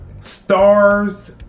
Stars